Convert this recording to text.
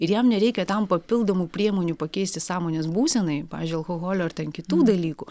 ir jam nereikia tam papildomų priemonių pakeisti sąmonės būsenai pavyzdžiui alkoholio ar ten kitų dalykų